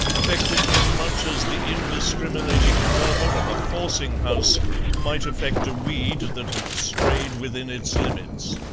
affected him much as the indiscriminating fervour of a forcing-house might affect a weed that had strayed within its limits.